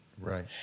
Right